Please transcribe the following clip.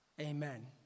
amen